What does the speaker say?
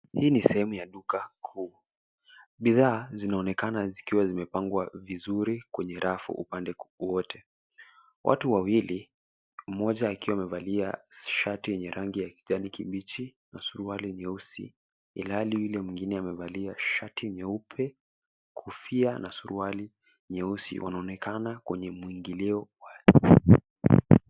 Hii ni sehemu ya duka kuu, bidhaa zinaonekana zikiwa zimepangwa vizuri kwenye rafu upande kuu wote, watu wawili mmoja akiwa amevalia shati yenye rangi ya kijani kibichi na suruali nyeusi ilhali yule mwingine amevalia shati nyeupe kofia na suruali nyeusi wanaonekana kwenye mwingilio wa duka.